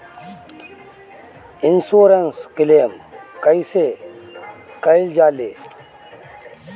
Insurance claim कइसे कइल जा ले?